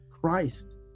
Christ